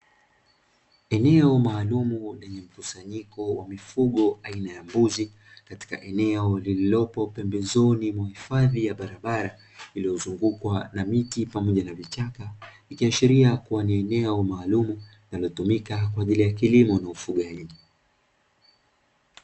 Eneo maalumu lenye mkusanyiko wa mifugo aina ya mbuzi katika eneo lililopo pembezoni mwa hifadhi ya barabara, iliyozungukwa na miti pamoja na vichaka, ikiashiria kuwa ni eneo maalumu linalotumika kwa ajili ya kilimo na ufugaji.